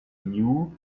knew